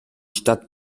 stadt